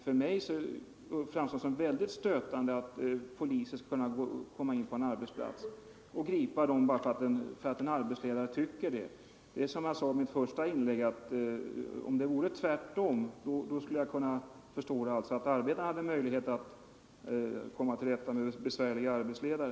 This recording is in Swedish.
För mig framstår det som mycket stötande att polisen skall kunna komma in på en arbetsplats och gripa en person bara därför att en arbetsledare vill det. Som jag sade i mitt tidigare inlägg skulle jag förstå det om det vore tvärt om, dvs. att arbetarna hade möjlighet att komma till rätta med besvärliga arbetsledare.